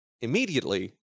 immediately